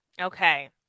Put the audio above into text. Okay